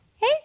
Hey